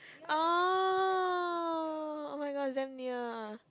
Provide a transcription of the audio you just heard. oh oh my god damn near